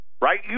Right